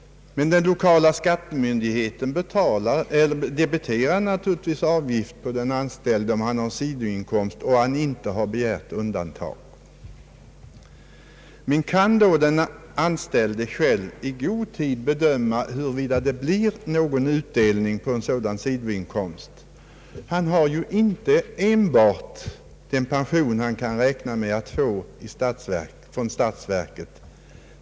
Men den lokala skattemyndigheten fastställer naturligtvis pensionsgrundande inkomst även för sidoinkomst därest den ryms inom fastställt maximum och därest undantag inte begärts för sådan inkomst. Men kan då den anställde själv i god tid bedöma huruvida det blir någon utdelning på en sådan sidoinkomst? Han har ju inte enbart att räkna med den pension han kommer att uppbära från statsverket.